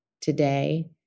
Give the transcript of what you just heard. Today